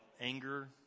anger